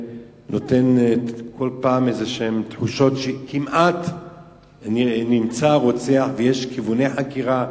בכל פעם יש תחושה שכמעט נמצא הרוצח ויש כיווני חקירה.